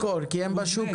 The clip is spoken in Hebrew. נכון, כי הם קיימים כבר בשוק.